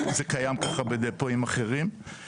זה קיים ככה בדפואים אחרים,